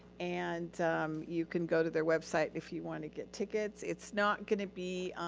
and you can go to their website if you want to get tickets. it's not gonna be,